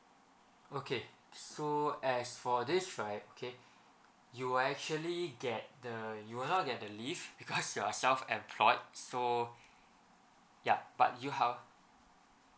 okay so as for this right okay you'll actually get the you will not get the leave because you are self employed so yup but you have